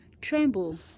tremble